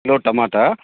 kilo टमाटा